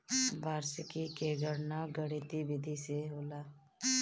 वार्षिकी के गणना गणितीय विधि से होला